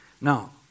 Now